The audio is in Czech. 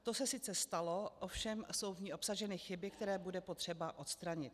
To se sice stalo, ovšem jsou v ní obsaženy chyby, které bude potřeba odstranit.